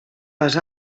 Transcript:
les